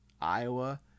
Iowa